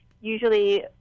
usually